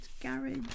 garage